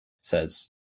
says